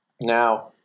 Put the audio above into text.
Now